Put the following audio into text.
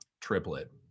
triplet